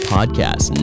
Podcast